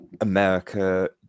America